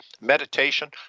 meditation